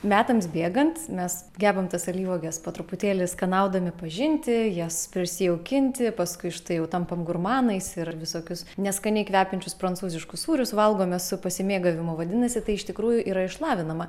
metams bėgant mes gebam tas alyvuoges po truputėlį skanaudami pažinti jas prisijaukinti paskui štai jau tampam gurmanais ir visokius neskaniai kvepiančius prancūziškus sūrius valgome su pasimėgavimu vadinasi tai iš tikrųjų yra išlavinama